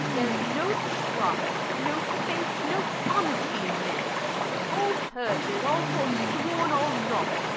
there's no trust, no faith, no honesty in men all perjur'd, all forsworn, all naught,